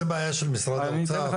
זו בעיה של משרד האוצר?